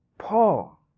Paul